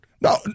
No